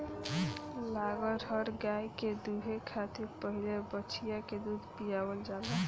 लगहर गाय के दूहे खातिर पहिले बछिया के दूध पियावल जाला